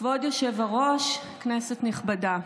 כבוד היושב-ראש, כנסת נכבדה,